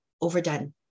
overdone